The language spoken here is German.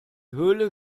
höhle